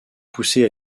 poussé